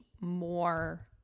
more